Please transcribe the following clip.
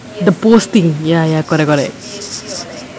the post it ya ya correct correct